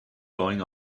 going